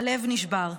הלב נשבר.